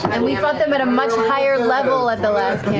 and we fought them at a much higher level at the last